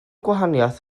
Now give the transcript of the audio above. gwahaniaeth